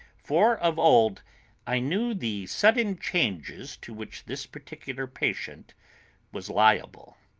for of old i knew the sudden changes to which this particular patient was liable.